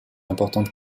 importante